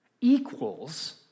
equals